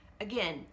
Again